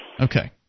Okay